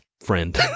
friend